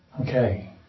Okay